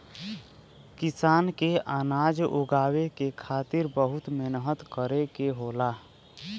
किसान के अनाज उगावे के खातिर बहुत मेहनत करे के होला